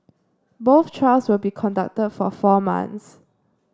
both trials will be conducted for four months